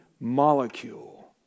molecule